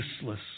useless